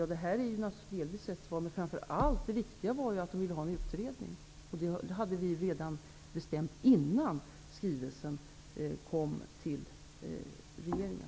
Ja, det här naturligtvis delvis ett svar, men det viktiga var ju att de ville ha en utredning. Det hade vi bestämt redan innan skrivelsen kom till regeringen.